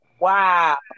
Wow